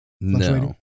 No